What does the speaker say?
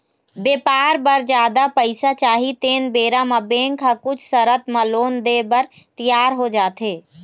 बेपार बर जादा पइसा चाही तेन बेरा म बेंक ह कुछ सरत म लोन देय बर तियार हो जाथे